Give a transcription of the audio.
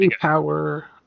power